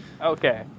Okay